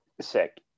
sick